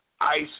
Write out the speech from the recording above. Ice